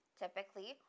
typically